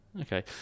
Okay